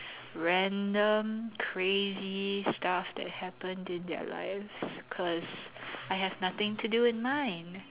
random crazy stuff that happened in their life because I have nothing to do in mine